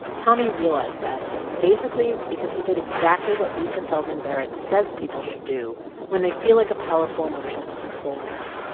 tommy realized that basically because he did exactly what lisa feldman barrett says people should do when they feel like a powerful emotion is controlling them.